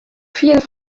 fierder